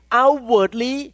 outwardly